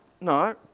no